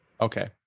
Okay